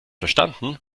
verstanden